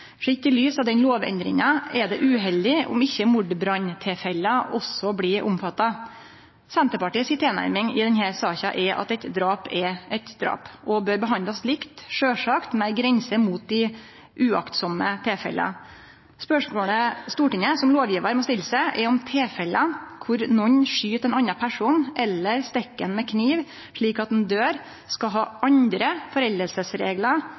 i lys av den lovendringa er det uheldig om ikkje mordbranntilfelle også blir omfatta. Senterpartiet si tilnærming i denne saka er at eit drap er eit drap, og at drap bør behandlast likt, sjølvsagt med ei grense mot dei aktlause tilfella. Spørsmålet Stortinget som lovgjevar må stille seg, er om tilfelle der nokon skyt ein annan person eller stikk han med kniv, slik at han døyr, skal ha